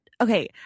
okay